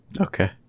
Okay